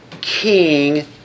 King